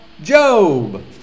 Job